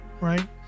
right